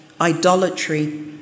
idolatry